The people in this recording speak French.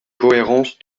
cohérence